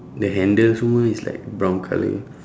the handle semua is like brown colour